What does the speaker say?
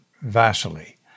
Vasily